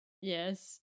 Yes